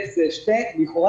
לכאורה,